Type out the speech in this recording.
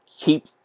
keep